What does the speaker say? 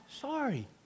Sorry